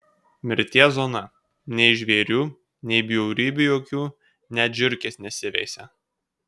mirties zona nei žvėrių nei bjaurybių jokių net žiurkės nesiveisia